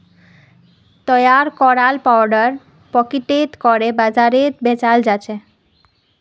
तैयार कराल पाउडर पैकेटत करे बाजारत बेचाल जाछेक